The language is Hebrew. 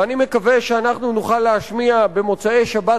ואני מקווה שאנחנו נוכל להשמיע במוצאי-שבת